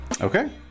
Okay